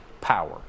power